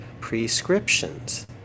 prescriptions